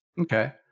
Okay